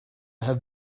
have